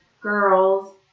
girls